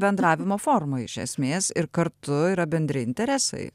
bendravimo forma iš esmės ir kartu yra bendri interesai